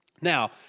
Now